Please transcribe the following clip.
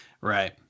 Right